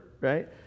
right